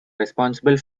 responsible